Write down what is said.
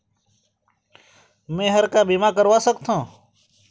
मैं हर का बीमा करवा सकत हो?